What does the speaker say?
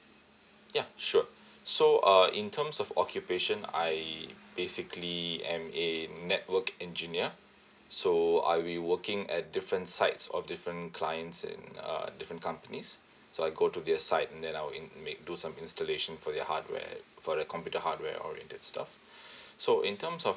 ya sure so uh in terms of occupation I basically am a network engineer so I will working at different sites of different clients in uh different companies so I go to their site and then I'll in~ make do some installation for the hardware for their computer hardware or in that stuff so in terms of